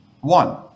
one